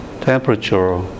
temperature